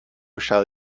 shall